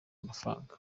amafaranga